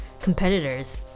competitors